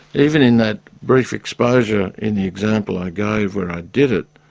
even in that brief exposure in the example i gave where i did it,